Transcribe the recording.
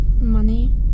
money